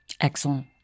Excellent